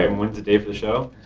and when's the day for the show?